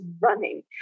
running